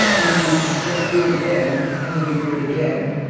and you just do it again, and then you do it again.